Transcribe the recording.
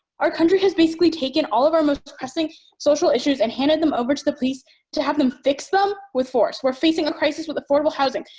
our country has basically taken all of our most pressing social issues and handed them over to the police to have them fix them with force. we're facing a crisis with affordable housing,